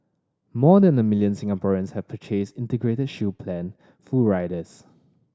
more than a million Singaporeans have purchased Integrated Shield Plan full riders